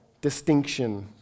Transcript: distinction